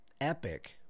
epic